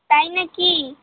তাই নাকি